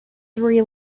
three